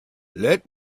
let